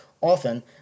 often